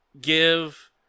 give